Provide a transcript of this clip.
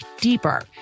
deeper